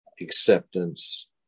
acceptance